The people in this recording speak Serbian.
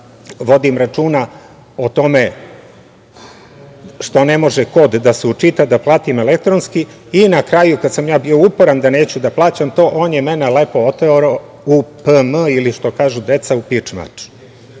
vodim računa o tome što ne može kod da se učita, da platim elektronski. Na kraju, kada sam bio uporan da neću da plaćam to, on je mene lepo oterao u „pm“ ili što kažu deca u „pič mač“.